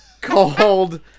called